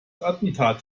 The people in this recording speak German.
attentat